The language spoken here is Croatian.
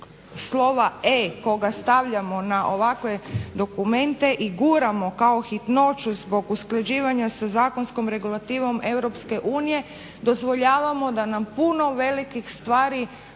slova E koga stavljamo na ovakve dokumente i guramo kao hitnoću zbog usklađivanja sa zakonskom regulativom EU dozvoljavamo da nam puno velikih stvari